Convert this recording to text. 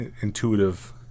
intuitive